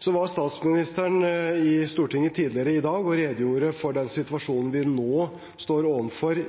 Statsministeren var tidligere i dag i Stortinget og redegjorde for den situasjonen vi nå står overfor